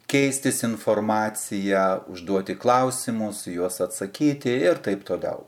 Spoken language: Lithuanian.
keistis informacija užduoti klausimus juos atsakyti ir taip toliau